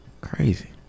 crazy